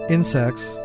Insects